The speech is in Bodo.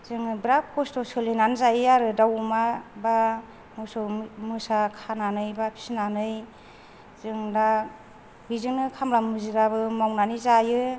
जोङो बिराद खसथ' सोलिनानै जायो आरो दाउ अमा बा मोसौ मोसा खानानै बा फिसिनानै जों दा बिदिनो खामला मुजिराबो मावनानै जायो